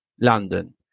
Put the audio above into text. London